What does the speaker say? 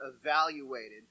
evaluated